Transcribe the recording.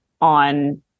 on